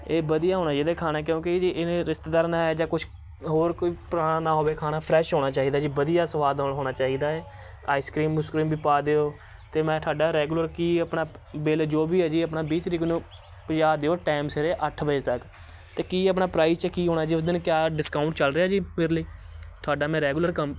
ਇਹ ਵਧੀਆ ਹੋਣਾ ਚਾਹੀਦਾ ਖਾਣਾ ਕਿਉਂਕਿ ਜੀ ਇਹਨੇ ਰਿਸ਼ਤੇਦਾਰ ਨੇ ਜਾਂ ਕੁਛ ਹੋਰ ਕੋਈ ਪੁਰਾਣਾ ਨਾ ਹੋਵੇ ਖਾਣਾ ਫਰੈਸ਼ ਹੋਣਾ ਚਾਹੀਦਾ ਜੀ ਵਧੀਆ ਸਵਾਦ ਹ ਹੋਣਾ ਚਾਹੀਦਾ ਹੈ ਆਈਸਕ੍ਰੀਮ ਉਸਕ੍ਰੀਮ ਵੀ ਪਾ ਦਿਓ ਅਤੇ ਮੈਂ ਤੁਹਾਡਾ ਰੈਗੂਲਰ ਕੀ ਆਪਣਾ ਬਿੱਲ ਜੋ ਵੀ ਹੈ ਜੀ ਆਪਣਾ ਵੀਹ ਤਰੀਕ ਨੂੰ ਪੁਜਾ ਦਿਓ ਟਾਈਮ ਸਵੇਰੇ ਅੱਠ ਵਜੇ ਤੱਕ ਅਤੇ ਕੀ ਆਪਣਾ ਪ੍ਰਾਈਸ 'ਚ ਕੀ ਹੋਣਾ ਜੀ ਉਸ ਦਿਨ ਕਿਆ ਡਿਸਕਾਊਂਟ ਚੱਲ ਰਿਹਾ ਜੀ ਮੇਰੇ ਲਈ ਤੁਹਾਡਾ ਮੈਂ ਰੈਗੂਲਰ ਕੰਮ